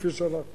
כפי שאנחנו